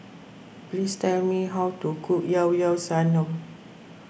please tell me how to cook Llao Llao Sanum